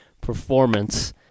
performance